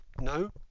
No